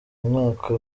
umwaka